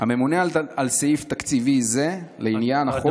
הממונה על סעיף תקציבי זה לעניין החוק יהיה השר".